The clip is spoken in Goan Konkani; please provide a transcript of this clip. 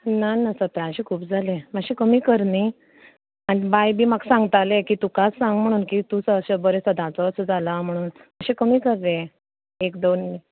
ना ना सतराशें खूब जालें मात्शें कमी कर न्ही आनी बाय बी म्हाका सांगतालें की तुकाच सांग म्हणून की तूं हरशे बरे सदांचो असो जाला म्हणून मात्शें कमी कर रे एक दोन